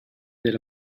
that